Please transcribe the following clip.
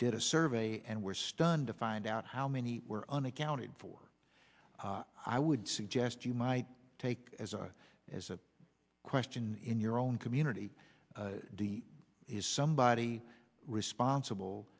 did a survey and were stunned to find out how many were unaccounted for i would suggest you might take as a as a question in your own community is somebody responsible